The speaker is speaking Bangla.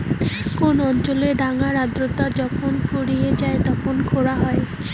কোন অঞ্চলত ডাঙার আর্দ্রতা যখুন ফুরিয়ে যাই তখন খরা হই